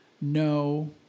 No